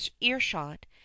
earshot